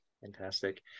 Fantastic